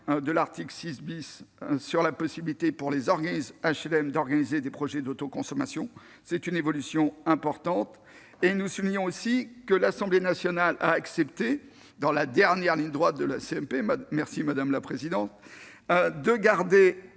de l'article 6 relatif à la possibilité pour les organismes d'HLM d'organiser des projets d'autoconsommation. C'est une évolution importante. Nous soulignons aussi que l'Assemblée nationale a accepté, dans la dernière ligne droite de la CMP, de mentionner que le